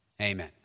Amen